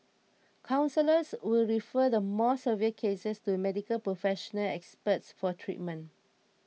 counsellors will refer the more severe cases to Medical Professional Experts for treatment